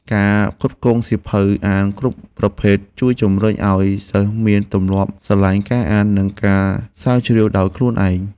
ការផ្គត់ផ្គង់សៀវភៅអានគ្រប់ប្រភេទជួយជំរុញឱ្យសិស្សមានទម្លាប់ស្រឡាញ់ការអាន និងការស្រាវជ្រាវដោយខ្លួនឯង។